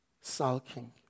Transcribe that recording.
sulking